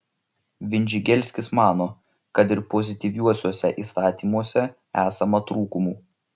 vindžigelskis mano kad ir pozityviuosiuose įstatymuose esama trūkumų